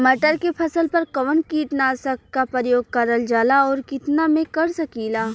मटर के फसल पर कवन कीटनाशक क प्रयोग करल जाला और कितना में कर सकीला?